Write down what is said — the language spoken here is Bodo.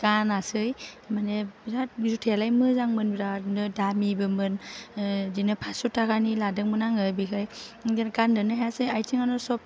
गानासै माने बिराद जुथायालाय मोजांमोन बिरादनो दामिबोमोन बिदिनो पासच' थाखानि लादोंमोन आङो बेखाय गाननोनो हायासै आथिङानो सब थिफुनानै